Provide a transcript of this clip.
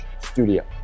studio